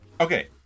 Okay